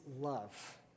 love